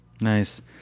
Nice